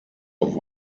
auf